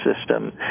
system